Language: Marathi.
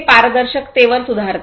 हे पारदर्शकतेवर सुधारते